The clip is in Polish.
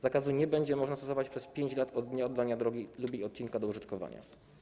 Zakazu nie będzie można stosować przez 5 lat od dnia oddania drogi lub jej odcinka do użytkowania.